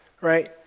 Right